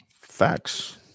Facts